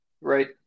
right